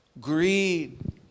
greed